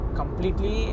completely